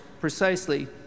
precisely